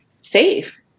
safe